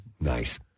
Nice